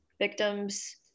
victims